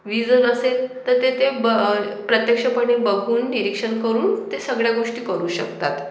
वीज जर असेल तर ते ते ब प्रत्यक्षपणे बघून निरीक्षण करून ते सगळ्या गोष्टी करू शकतात